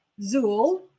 Zool